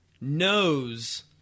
knows